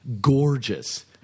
Gorgeous